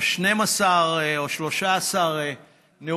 או 12 או 13 נאומים,